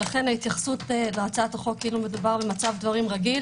לכן ההתייחסות בחוק כאילו מדובר במצב דברים רגיל